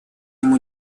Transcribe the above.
ему